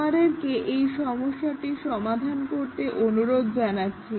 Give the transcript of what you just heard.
তোমাদেরকে এই সমস্যাটির সমাধান করতে অনুরোধ জানাচ্ছি